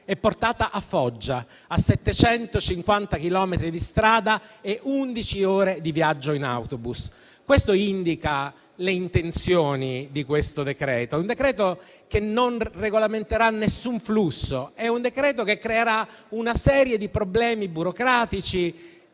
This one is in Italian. e portata a Foggia, a 750 chilometri di distanza e undici ore di viaggio in autobus. Ciò indica le intenzioni di questo decreto. È un decreto che non regolamenterà nessun flusso; è un decreto che creerà una serie di problemi burocratici,